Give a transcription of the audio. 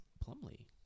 plumley